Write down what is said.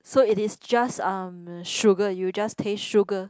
so it is just uh sugar you just taste sugar